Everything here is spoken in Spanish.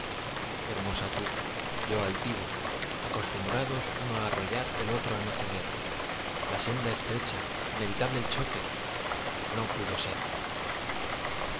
hermosa tú yo altivo acostumbrados uno á arrollar el otro á no ceder la senda estrecha inevitable el choque no pudo ser